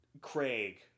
Craig